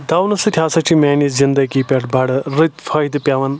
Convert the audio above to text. دَونہٕ سۭتۍ ہَسا چھِ مِیَانہِ زِنٛدَگی پؠٹھ بَڑٕ رٔتۍ فٲیدٕ پؠوَان